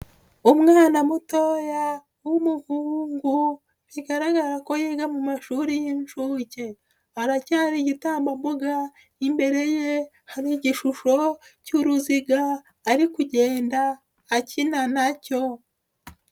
Umwana mutoya w'umuhungu bigaragara ko yiga mu mashuri y'inshuke, aracyari igitambambuga, imbere ye hari igishusho cy'uruziga ari kugenda akina na cyo.